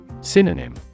Synonym